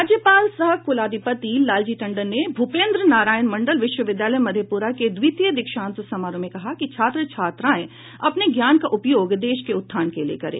राज्यपाल सह कुलाधिपति लालजी टंडन ने भूपेन्द्र नारायण मंडल विश्वविद्यालय मधेप्रा के द्वितीय दीक्षांत समारोह में कहा कि छात्र छात्राएं अपने ज्ञान का उपयोग देश के उत्थान के लिए करे